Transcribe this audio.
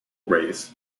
race